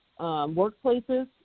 workplaces